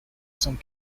some